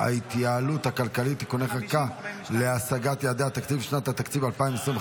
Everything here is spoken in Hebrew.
ההתייעלות הכלכלית (תיקוני חקיקה להשגת יעדי התקציב לשנות התקציב 2025)